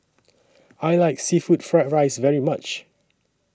I like Seafood Fried Rice very much